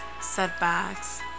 setbacks